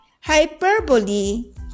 hyperbole